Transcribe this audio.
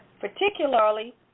particularly